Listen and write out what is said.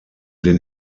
den